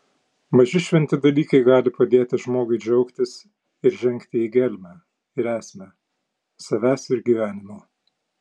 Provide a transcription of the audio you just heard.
maži šventi dalykai gali padėti žmogui džiaugtis ir žengti į gelmę ir esmę savęs ir gyvenimo